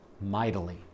mightily